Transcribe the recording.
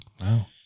Wow